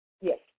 Yes